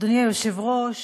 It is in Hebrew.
אדוני היושב-ראש,